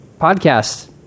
podcast